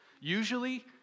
usually